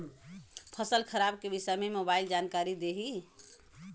फसल खराब के विषय में मोबाइल जानकारी देही